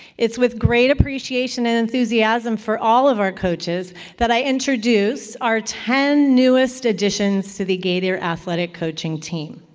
it's with great appreciation and enthusiasm for all of our coaches that i introduce our ten newest additions to the gator athletic coaching team,